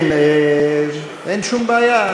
כן, אין שום בעיה.